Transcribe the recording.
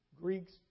Greeks